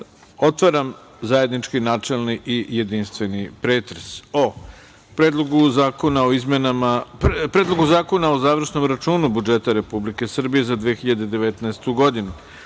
otvaram zajednički načelni i jedinstveni pretres o Predlogu zakona završnom računu budžeta Republike Srbije za 2019. godinu,